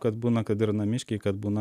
kad būna kad ir namiškiai kad būna